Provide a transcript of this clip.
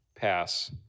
pass